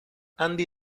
andy